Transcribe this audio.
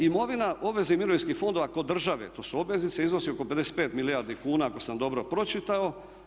Imovina, obveze i mirovinskih fondova kod države to su obveznice iznosi oko 55 milijardi kuna ako sam dobro pročitao.